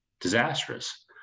disastrous